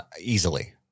Easily